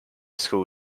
school